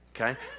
okay